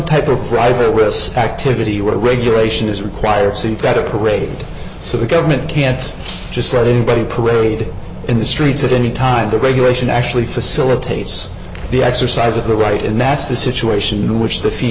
type of private lists activity where regulation is required so you've got a parade so the government can't just let everybody parade in the streets at any time the regulation actually facilitates the exercise of the right and that's the situation in which the fee